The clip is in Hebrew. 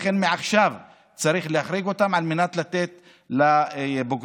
לכן מעכשיו צריך להחריג אותם על מנת לתת לבוגרים